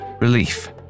Relief